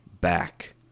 back